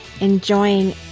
enjoying